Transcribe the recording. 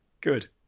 good